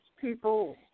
people